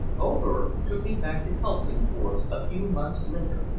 oberg took me back to helsingfors a few months later,